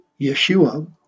yeshua